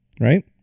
right